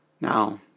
Now